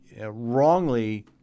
wrongly